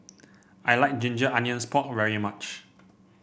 I like Ginger Onions Pork very much